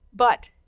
but,